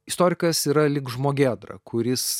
istorikas yra lyg žmogėdra kuris